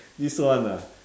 this one ah